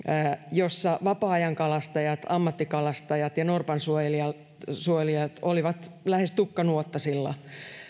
joissa vapaa ajankalastajat ammattikalastajat ja norpan suojelijat suojelijat olivat lähes tukkanuottasilla